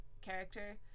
character